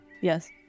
Yes